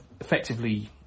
effectively